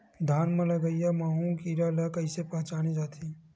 धान म लगईया माहु कीरा ल कइसे पहचाने जाथे?